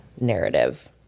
narrative